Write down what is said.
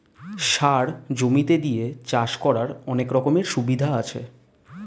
সার জমিতে দিয়ে চাষ করার অনেক রকমের সুবিধা আছে